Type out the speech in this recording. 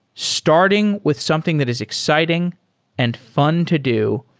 starting with something that is exciting and fun to do,